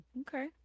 Okay